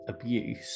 abuse